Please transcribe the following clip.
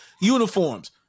uniforms